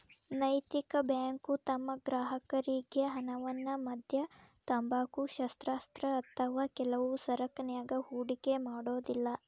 ನೈತಿಕ ಬ್ಯಾಂಕು ತಮ್ಮ ಗ್ರಾಹಕರ್ರಿಗೆ ಹಣವನ್ನ ಮದ್ಯ, ತಂಬಾಕು, ಶಸ್ತ್ರಾಸ್ತ್ರ ಅಥವಾ ಕೆಲವು ಸರಕನ್ಯಾಗ ಹೂಡಿಕೆ ಮಾಡೊದಿಲ್ಲಾ